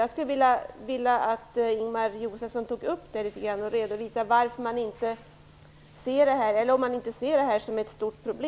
Jag skulle vilja att Ingemar Josefsson tar upp detta och redovisar om man ser det som ett stort problem eller inte.